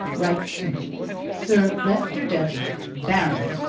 writes to me sir leicester dedlock, baronet,